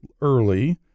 early